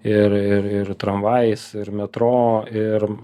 ir ir ir tramvajais ir metro ir